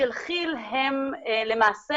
של כי"ל, למעשה